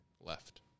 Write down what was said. left